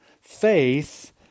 faith